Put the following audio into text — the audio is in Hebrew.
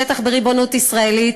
שטח בריבונות ישראלית,